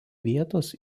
vietos